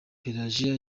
pelajiya